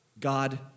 God